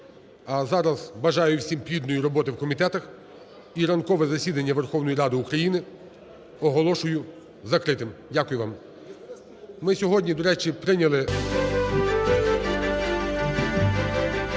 А зараз бажаю всім плідної роботи в комітетах. І ранкове засідання Верховної Ради України оголошую закритим. Дякую вам. Ми сьогодні, до речі, прийняли